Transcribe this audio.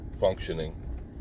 functioning